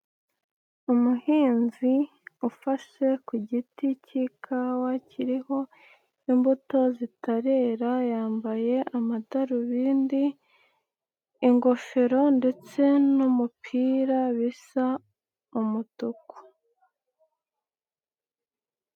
Umuhinzi ufashe ku giti cy'ikawa kiriho imbuto zitarera, yambaye amadarubindi, ingofero, ndetse n'umupira bisa umutuku.